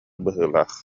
быһыылаах